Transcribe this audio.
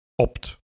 opt